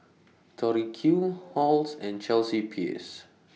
Tori Q Halls and Chelsea Peers